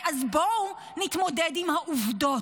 אז בואו נתמודד עם העובדות,